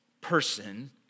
person